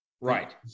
Right